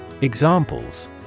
Examples